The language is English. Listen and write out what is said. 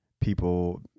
people